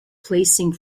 placing